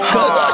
Cause